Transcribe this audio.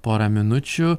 porą minučių